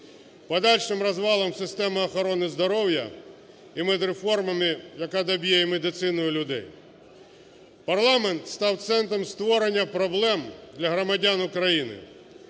подальшим розвалом системи охорони здоров'я імедреформою, яка доб'є і медицину і людей. Парламент став центром створення проблем для громадян України.